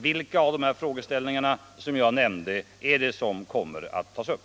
Vilka av de frågeställningar jag nämnt kommer att tas upp?